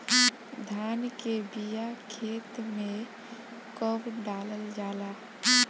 धान के बिया खेत में कब डालल जाला?